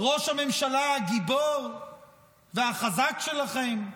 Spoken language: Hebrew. ראש הממשלה הגיבור והחזק שלכם,